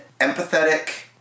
empathetic